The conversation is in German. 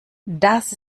das